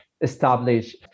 establish